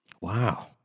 Wow